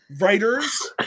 writers